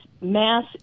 mass